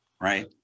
right